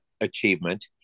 achievement